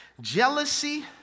Jealousy